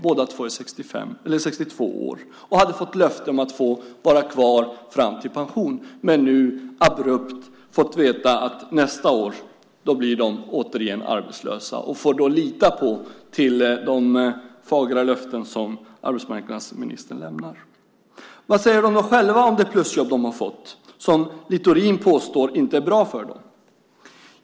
Båda är 62 år och hade fått löfte om att vara kvar fram till pension men har nu abrupt fått veta att nästa år blir de återigen arbetslösa, och de får lita till de fagra löften som arbetsmarknadsministern lämnar. Vad säger de själva om de plusjobb de har fått som Littorin påstår inte är bra för dem?